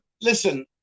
listen